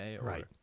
Right